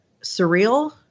surreal